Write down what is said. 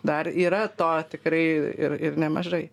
dar yra to tikrai ir ir nemažai